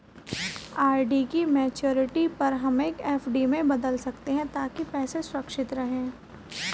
RD की maturity पर हम एफ.डी में बदल सकते है ताकि पैसे सुरक्षित रहें